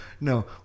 no